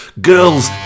Girls